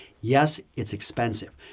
yes, it's expensive,